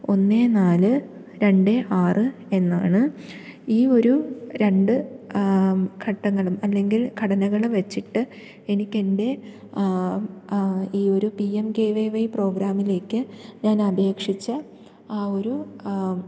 ഒന്ന് നാല് രണ്ട് ആറ് എന്നാണ് ഈ ഒരു രണ്ട് ഘട്ടങ്ങളും അല്ലെങ്കിൽ ഘടനകളും വെച്ചിട്ട് എനിക്കെൻ്റെ ഈ ഒരു പി എം കെ വൈ പ്രോഗ്രാമിലേക്ക് ഞാൻ അപേക്ഷിച്ച ആ ഒരു